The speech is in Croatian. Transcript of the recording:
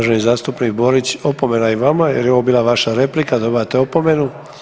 Može zastupnik Borić opomena i vama jer je ovo bila vaša replika, dobivate opomenu.